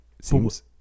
seems